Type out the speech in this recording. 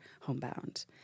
homebound